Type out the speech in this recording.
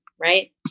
Right